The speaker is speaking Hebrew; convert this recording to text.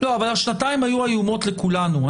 השנתיים היו איומות לכולנו.